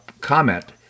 comment